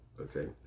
okay